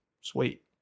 sweet